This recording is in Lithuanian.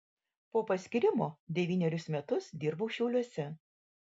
po paskyrimo devynerius metus dirbau šiauliuose